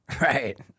Right